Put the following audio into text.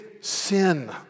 sin